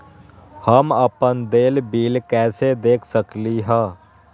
हम अपन देल बिल कैसे देख सकली ह?